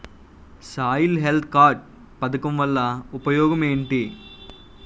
Soil health card పథకం వల్ల ఉపయోగం ఏంటి?